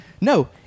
No